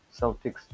Celtics